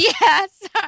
yes